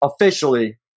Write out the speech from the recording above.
officially